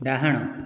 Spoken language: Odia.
ଡାହାଣ